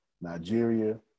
Nigeria